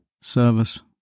service